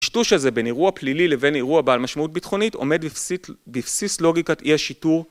הטשטוש הזה בין אירוע פלילי לבין אירוע בעל משמעות בטחונית עומד בבסיס לוגיקת אי השיטור.